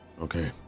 Okay